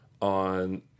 on